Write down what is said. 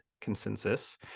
consensus